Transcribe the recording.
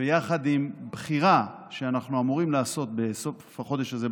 ויחד עם בחירה שאנחנו אמורים לעשות בסוף החודש הזה,